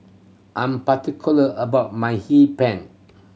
I'm particular about my Hee Pan